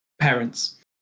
parents